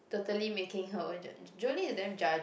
totally making her own judge~ Jolene is damn judgey